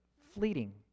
fleeting